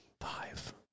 Five